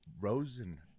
Rosen